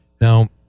Now